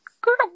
girl